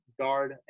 guard